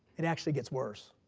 it actually gets worse.